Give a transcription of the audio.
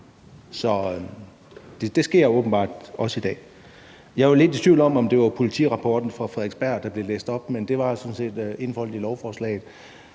Så det sker åbenbart også i dag. Jeg var lidt i tvivl om, om det var politirapporten fra Frederiksberg, der blev læst op, men det var sådan set indholdet i lovforslaget.